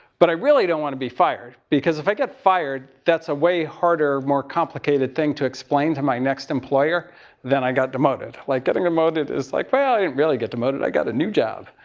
but i really don't want to be fired, because if i get fired that's a way harder more complicated thing to explain to my next employer than i got demoted. like, getting demoted is like, well, i didn't really get demoted, i got a new job. a